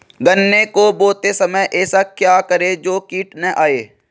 गन्ने को बोते समय ऐसा क्या करें जो कीट न आयें?